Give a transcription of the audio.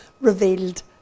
revealed